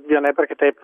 vienaip ar kitaip